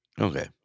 Okay